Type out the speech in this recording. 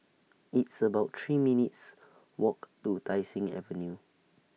It's about three minutes' Walk to Tai Seng Avenue